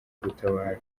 gutabara